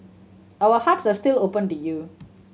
our hearts are still open to you